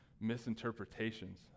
misinterpretations